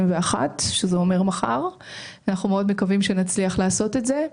שזה אומר מחר ואנחנו מאוד מקווים שנצליח לעשות את זה.